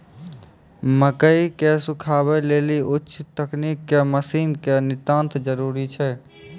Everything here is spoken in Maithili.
मकई के सुखावे लेली उच्च तकनीक के मसीन के नितांत जरूरी छैय?